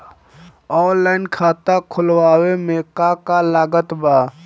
Online खाता खुलवावे मे का का लागत बा?